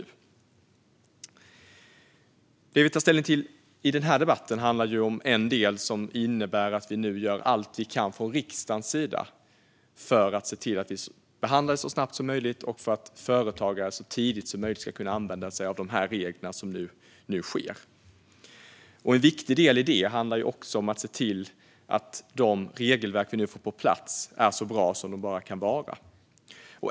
En del av det som vi tar ställning till i den här debatten innebär att vi nu gör allt vi kan från riksdagens sida för att se till att behandla krispaketen så snabbt som möjligt så att företagare så tidigt som möjligt ska kunna använda sig av de regler som nu ska införas. Det är också viktigt att vi ser till att de regelverk som vi nu får på plats är så bra som de bara kan vara.